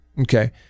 Okay